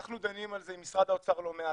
אנחנו דנים על זה עם משרד האוצר לא מעט,